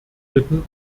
bitten